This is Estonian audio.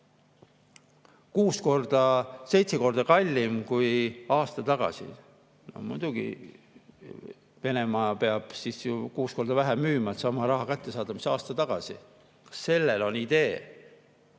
Kuus korda, seitse korda kallim kui aasta tagasi. Muidugi, Venemaa peab ju kuus korda vähem müüma, [aga] sama raha kätte saama, mis aasta tagasi. Kas selles on idee?